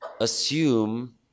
assume